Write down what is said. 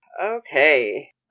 Okay